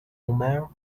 omar